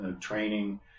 training